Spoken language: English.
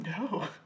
no